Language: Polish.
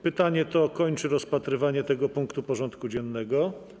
Pytanie to kończy rozpatrywanie tego punktu porządku dziennego.